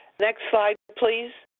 next slide, please